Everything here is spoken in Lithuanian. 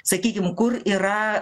sakykim kur yra